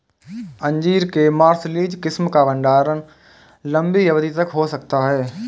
अंजीर के मार्सलीज किस्म का भंडारण लंबी अवधि तक हो सकता है